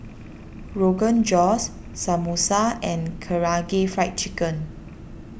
Rogan Josh Samosa and Karaage Fried Chicken